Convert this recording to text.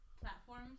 platforms